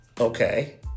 okay